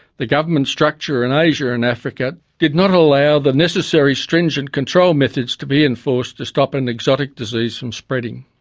the government structure in asia and africa did not allow the necessary stringent control methods to be enforced to stop an exotic disease from spreading.